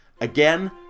Again